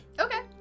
Okay